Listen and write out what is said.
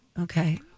Okay